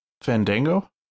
Fandango